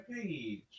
page